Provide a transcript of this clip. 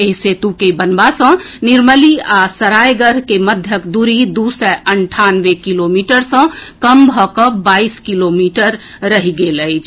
एहि सेतु के बनबा सँ निर्मली आ सरायगढ़ के मध्यक दूरी दू सय अंठानवे किलोमीटर सँ कम भऽ कऽ बाईस किलोमीटर रहि गेल अछि